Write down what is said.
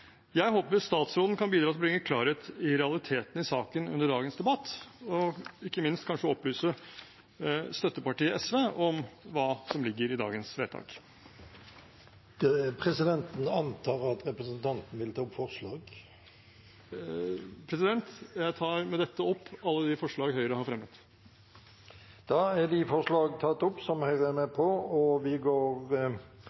Jeg håper statsråden kan bidra til å bringe klarhet i realitetene i saken under dagens debatt, og ikke minst kanskje opplyse støttepartiet SV om hva som ligger i dagens vedtak. Presidenten antar at representanten vil ta opp forslag. Jeg tar med dette opp alle de forslag Høyre har fremmet. Da har representanten Nikolai Astrup tatt opp de forslagene han refererte til. Jeg er